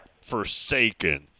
forsaken